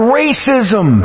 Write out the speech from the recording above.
racism